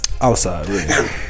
Outside